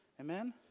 Amen